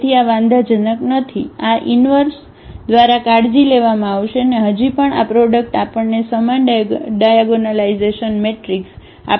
તેથી આ વાંધાજનક નથી કે આ ઇનવર્ષ દ્વારા કાળજી લેવામાં આવશે અને હજી પણ આ પ્રોડક્ટ આપણને સમાન ડાયાગોનલાઇઝેશન મેટ્રિક્સ આપશે 1 0 0 6